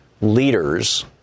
leaders